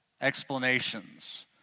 explanations